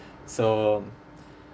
so